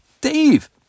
dave